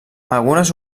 algunes